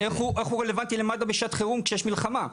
איך הוא רלוונטי למד"א בשעת חירום כשיש מלחמה.